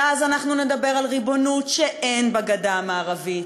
ואז אנחנו נדבר על ריבונות, שאין בגדה המערבית,